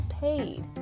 paid